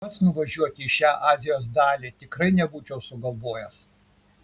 pats nuvažiuoti į šią azijos dalį tikrai nebūčiau sugalvojęs